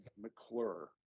McClure